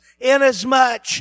inasmuch